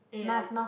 ya ya